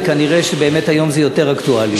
וכנראה באמת היום זה יותר אקטואלי.